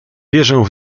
wierzę